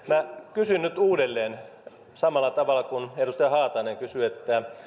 kysyn nyt uudelleen samalla tavalla kuin edustaja haatainen kysyi